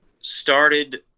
started